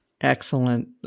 Excellent